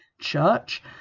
church